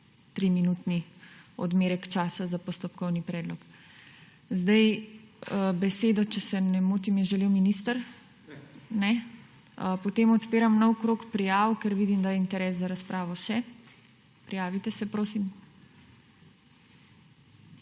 triminutni odmerek časa za postopkovni predlog. Besedo, če se ne motim, je želel minister. Ne. Potem odpiram nov krog prijav, ker vidim, da je še interes za razpravo. Prijavite se, prosim.